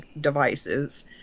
devices